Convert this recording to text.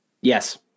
Yes